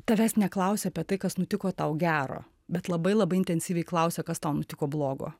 tavęs neklausia apie tai kas nutiko tau gero bet labai labai intensyviai klausia kas tau nutiko blogo